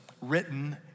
written